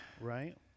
Right